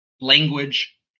language